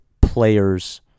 players